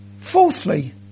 Fourthly